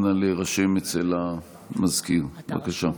אנא להירשם אצל המזכיר, בבקשה.